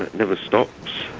never stops.